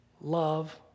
love